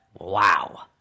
wow